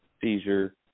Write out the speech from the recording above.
seizure